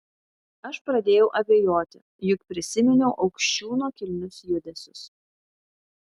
aš pradėjau abejoti juk prisiminiau aukščiūno kilnius judesius